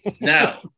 Now